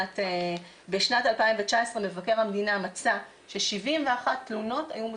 בשנת 2019 מבקר המדינה מצא ש-71 תלונות היו מוצדקות,